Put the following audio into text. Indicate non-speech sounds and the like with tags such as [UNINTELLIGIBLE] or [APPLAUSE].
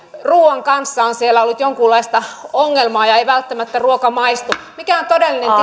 ruuan kanssa on siellä ollut jonkunlaista ongelmaa ja ei välttämättä ruoka maistu mikä on todellinen [UNINTELLIGIBLE]